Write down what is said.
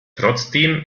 trotzdem